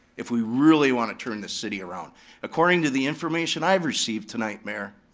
if we really want to turn this city around. according to the information i've received tonight, mayor,